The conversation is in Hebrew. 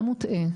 מה מוטעה?